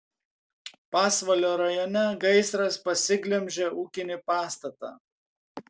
pasvalio rajone gaisras pasiglemžė ūkinį pastatą